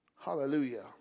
Hallelujah